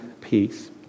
peace